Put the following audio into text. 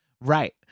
Right